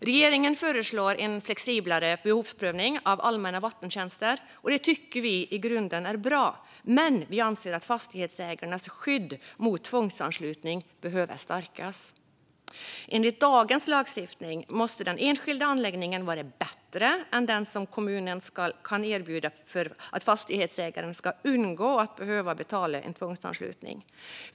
Regeringen förslår en flexiblare behovsprövning av allmänna vattentjänster. Det tycker vi i grunden är bra, men vi anser att fastighetsägarnas skydd mot tvångsanslutning behöver stärkas. Enligt dagens lagstiftning måste den enskilda anläggningen vara bättre än den som kommunen kan erbjuda för att fastighetsägaren ska undgå att behöva betala för en tvångsanslutning.